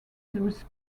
his